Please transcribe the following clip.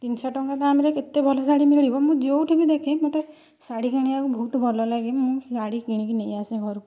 ତିନିଶହ ଟଙ୍କା ଦାମରେ ଏତେ ଭଲ ଶାଢ଼ୀ ମିଳିବ ମୁଁ ଯେଉଁଠି ବି ଦେଖେ ମୋତେ ଶାଢ଼ୀ କିଣିବାକୁ ବହୁତ ଭଲଲାଗେ ମୁଁ ଶାଢ଼ୀ କିଣିକି ନେଇ ଆସେ ଘରକୁ